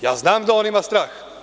Ja znam da on ima strah.